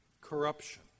corruption